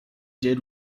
did